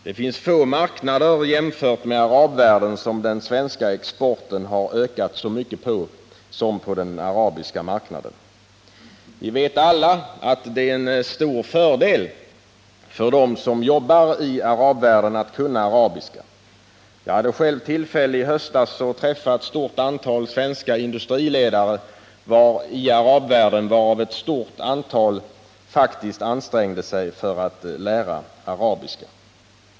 På få marknader har den svenska exporten ökat så mycket som på den arabiska marknaden. Vi vet alla att det är en stor fördel för dem som jobbar i arabvärlden att 111 kunna arabiska. Jag hade själv tillfälle att i höstas träffa ett stort antal svenska industriledare i arabvärlden, varav många faktiskt ansträngde sig för att lära arabiska.